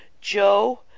Joe